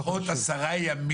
פחות 10 ימים.